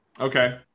Okay